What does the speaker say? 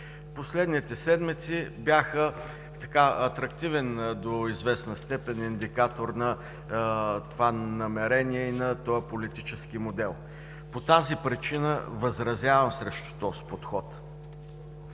Последните седмици бяха до известна степен атрактивен индикатор на това намерение и на този политически модел. По тази причина възразявам срещу такъв подход.